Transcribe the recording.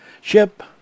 ship